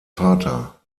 vater